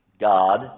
God